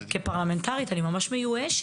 עידית כפרלמנטרית אני ממש מיואשת.